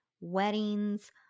weddings